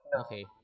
Okay